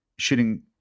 shooting